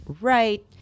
right